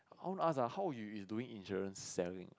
I want to ask how you is doing insurance selling